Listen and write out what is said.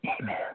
Amen